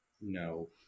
No